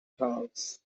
ponds